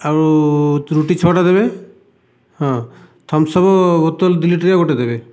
ଆଉ ରୁଟି ଛଅଟା ଦେବେ ହଁ ଥମସପ ବୋତଲ ଦୁଇ ଲିଟରିଆ ଗୋଟିଏ ଦେବେ